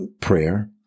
Prayer